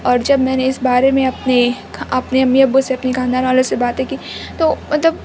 اور جب میں نے اس بارے میں اپنے اپنے امی ابو سے اپنے خاندان والوں سے باتیں کی تو مطلب